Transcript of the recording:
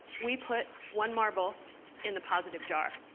we put one marble in the positive jar.